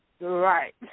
Right